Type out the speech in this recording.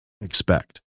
expect